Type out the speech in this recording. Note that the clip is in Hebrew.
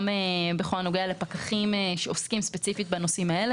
גם בכל הנוגע לפקחים שעוסקים ספציפית בנושאים האלה.